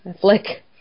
flick